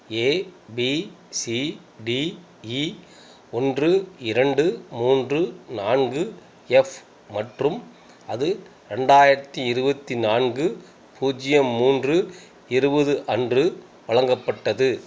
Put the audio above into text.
ஏ B C D E ஒன்று இரண்டு மூன்று நான்கு எஃப் மற்றும் அது ரெண்டாயிரத்தி இருபத்தி நான்கு பூஜ்ஜியம் மூன்று இருபது அன்று வழங்கப்பட்டது